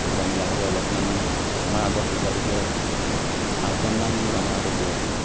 তাৰপাছত আমি লাহেকৈ অলপমান আমাৰ আগত তেতিয়ালৈকে পাঁচজনমান লোক আমাৰ আগত গৈ আছিল